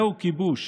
זהו כיבוש.